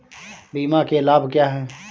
बीमा के लाभ क्या हैं?